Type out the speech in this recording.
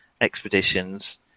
expeditions